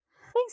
thanks